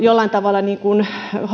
jollain tavalla